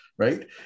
Right